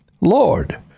Lord